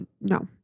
No